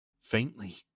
Faintly